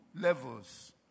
levels